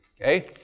Okay